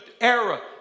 era